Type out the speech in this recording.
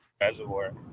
reservoir